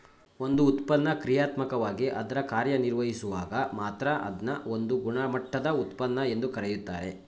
ಒಂದು ಉತ್ಪನ್ನ ಕ್ರಿಯಾತ್ಮಕವಾಗಿ ಅದ್ರ ಕಾರ್ಯನಿರ್ವಹಿಸುವಾಗ ಮಾತ್ರ ಅದ್ನ ಒಂದು ಗುಣಮಟ್ಟದ ಉತ್ಪನ್ನ ಎಂದು ಕರೆಯುತ್ತಾರೆ